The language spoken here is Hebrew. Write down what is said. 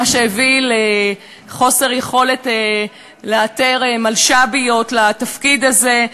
מה שהביא לחוסר יכולת לאתר מלש"ביות לתפקיד הזה,